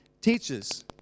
teaches